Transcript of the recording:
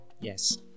Yes